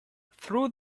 through